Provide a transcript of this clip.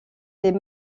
les